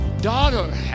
daughter